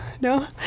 No